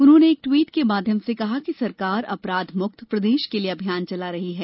उन्होंने एक ट्वीट के माध्यम से कहा सरकार अपराधमुक्त प्रदेश के लिए अभियान चला रही है